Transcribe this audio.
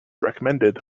recommended